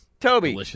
Toby